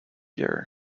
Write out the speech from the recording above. year